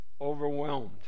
overwhelmed